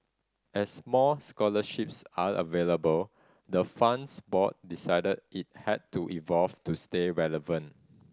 as more scholarships are available the fund's board decided it had to evolve to stay relevant